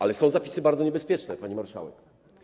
Ale są zapisy bardzo niebezpieczne, pani marszałek.